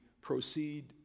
proceed